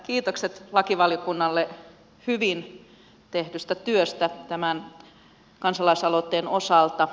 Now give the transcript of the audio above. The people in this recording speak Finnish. kiitokset lakivaliokunnalle hyvin tehdystä työstä tämän kansalaisaloitteen osalta